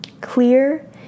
Clear